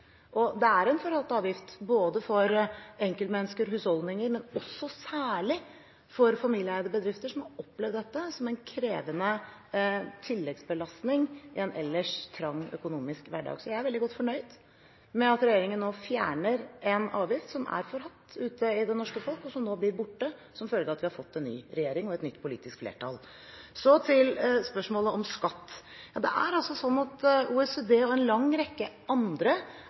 en del utfordringer man har hatt med generasjonsskifte i bedriftene som følge av arveavgiften. Derfor er det fornuftig å ta den bort. Det er en forhatt avgift, både for enkeltmennesker og husholdninger og særlig for familieeide bedrifter, som har opplevd dette som en krevende tilleggsbelastning i en ellers trang økonomisk hverdag. Så jeg er veldig godt fornøyd med at regjeringen nå fjerner en avgift som er forhatt ute blant det norske folk, og som nå blir borte som følge av at vi har fått en ny regjering og et nytt politisk flertall. Så til spørsmålet om skatt. Det er